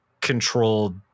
controlled